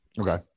Okay